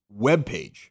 webpage